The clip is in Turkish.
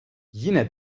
yine